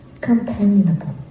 companionable